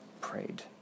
prayed